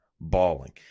bawling